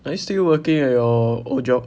are you still working at your old job